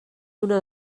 una